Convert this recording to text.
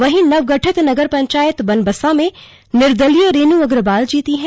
वहीं नव गठित नगर पंचायत बनबसा में निदर्लीय रेनू अग्रवाल जीती हैं